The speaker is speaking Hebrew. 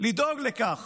לדאוג לכך